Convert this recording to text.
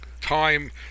time